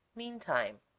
meantime